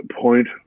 point